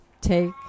take